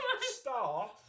star